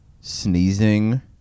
sneezing